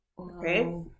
okay